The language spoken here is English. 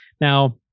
Now